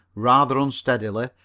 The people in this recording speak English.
rather unsteadily,